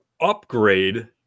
upgrade